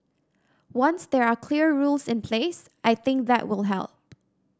once there are clear rules in place I think that will help